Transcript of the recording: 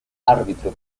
árbitro